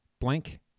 blank